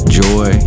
joy